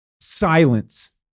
Silence